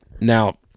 Now